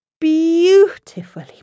beautifully